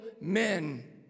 men